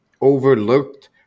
overlooked